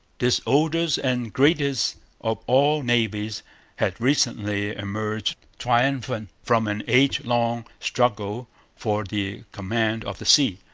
this oldest and greatest of all navies had recently emerged triumphant from an age-long struggle for the command of the sea.